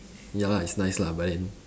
ya lah it's nice lah but then